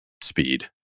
speed